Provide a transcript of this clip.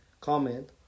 comment